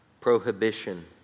prohibition